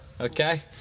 Okay